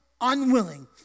unwilling